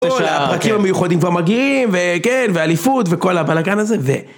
הפרקים המיוחדים כבר מגיעים, וכן, ואליפות, וכל הבלאגן הזה, ו...